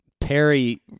Perry